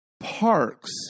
parks